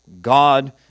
God